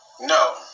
No